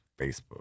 Facebook